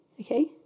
okay